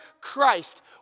Christ